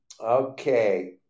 Okay